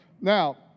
Now